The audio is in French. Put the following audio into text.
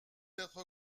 être